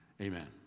Amen